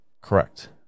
Correct